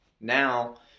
Now